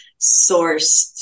sourced